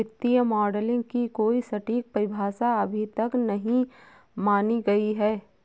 वित्तीय मॉडलिंग की कोई सटीक परिभाषा अभी तक नहीं मानी गयी है